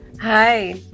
Hi